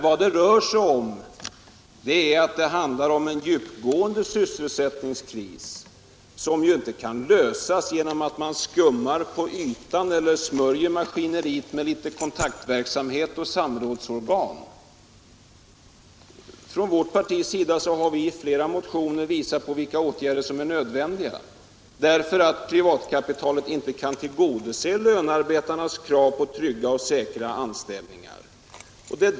Vad det rör sig om är en djupgående sysselsättningskris, som man inte kan råda bot på genom att skumma på ytan eller smörja maskineriet med litet kontaktverksamhet och samrådsorgan. Från vårt partis sida har vi i flera motioner visat på vilka åtgärder som är nödvändiga därför att privatkapitalet inte kan tillgodose lönearbetarnas krav på trygga och säkra anställningar.